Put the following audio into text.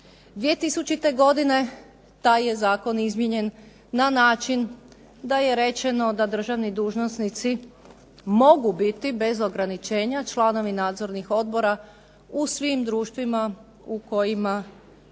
2000. godine taj je zakon izmijenjen na način da je rečeno da državni dužnosnici mogu biti bez ograničenja članovi nadzornih odbora u svim društvima u kojima